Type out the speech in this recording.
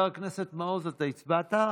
חבר הכנסת מעוז, אתה הצבעת?